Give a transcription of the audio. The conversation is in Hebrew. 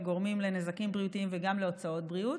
וגורם לנזקים בריאותיים וגם להוצאות בריאות.